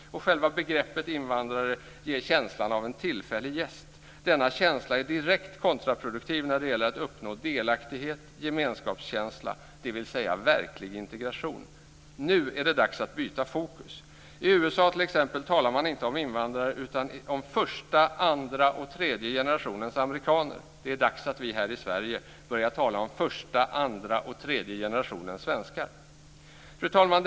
Själva begreppet invandrare ger känslan av en tillfällig gäst. Denna känsla är direkt kontraproduktiv när det gäller att uppnå delaktighet och gemenskapskänsla, dvs. verklig integration. Nu är det dags att byta fokus. I USA t.ex. talar man inte om invandrare utan om första, andra och tredje generationens amerikaner. Det är dags att vi här i Sverige börjar tala om första, andra och tredje generationens svenskar. Fru talman!